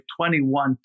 21